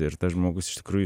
ir tas žmogus iš tikrųjų